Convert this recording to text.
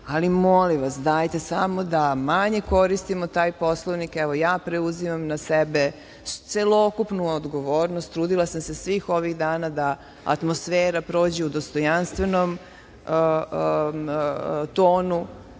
ali molim vas – dajte samo da manje koristimo taj Poslovnik. Evo, ja preuzimam na sebe celokupnu odgovornost. Trudili sam se svih ovih dana da atmosfera prođe u dostojanstvenom tonu,